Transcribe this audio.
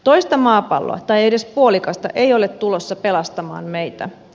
toista maapalloa tai edes puolikasta ei ole tulossa pelastamaan meitä